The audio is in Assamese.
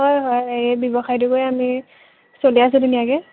হয় হয় এই ব্যৱসায়টো কৰি আমি চলি আছোঁ ধুনীয়াকৈ